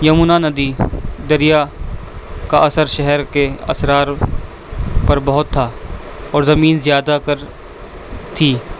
یمونا ندی دریا کا اثر شہر کے اثرات پر بہت تھا اور زمین زیادہ کر تھی